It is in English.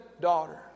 Daughter